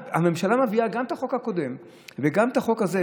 הממשלה מביאה גם את החוק הקודם וגם את החוק הזה,